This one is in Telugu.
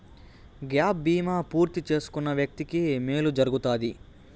గ్యాప్ బీమా పూర్తి చేసుకున్న వ్యక్తికి మేలు జరుగుతాది